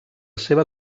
seva